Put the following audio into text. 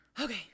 Okay